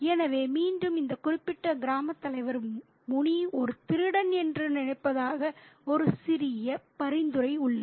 எனவே மீண்டும் இந்த குறிப்பிட்ட கிராமத் தலைவர் முனி ஒரு திருடன் என்று நினைப்பதாக ஒரு சிறிய பரிந்துரை உள்ளது